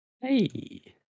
Hey